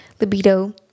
libido